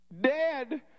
dead